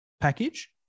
package